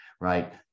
right